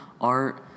art